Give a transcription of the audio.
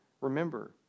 remember